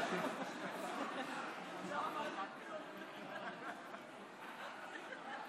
לא אמרתם כלום.